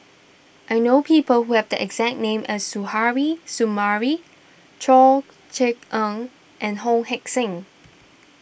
I know people who have the exact name as Suzairhe Sumari Chor Yeok Eng and Wong Heck Sing